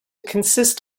consist